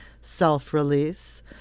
self-release